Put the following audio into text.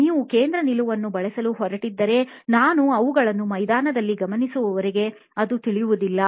ನೀವು ಕೇಂದ್ರ ನಿಲುವನ್ನು ಬಳಸಲು ಹೊರಟಿದ್ದರೆ ನಾನು ಅವುಗಳನ್ನು ಮೈದಾನದಲ್ಲಿ ಗಮನಿಸುವವರೆಗೂ ಅದು ತಿಳಿಯುವುದಿಲ್ಲ